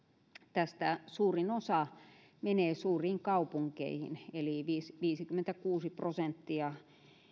tästä suurin osa menee suuriin kaupunkeihin eli viisikymmentäkuusi prosenttia